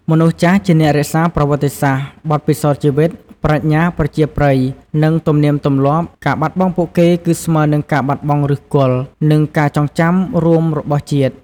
មនុស្សចាស់ ជាអ្នករក្សាប្រវត្តិសាស្ត្រ បទពិសោធន៍ជីវិត ប្រាជ្ញាប្រជាប្រិយ និងទំនៀមទម្លាប់ ការបាត់បង់ពួកគេគឺស្មើនឹងការបាត់បង់ឫសគល់ និងការចងចាំរួមរបស់ជាតិ។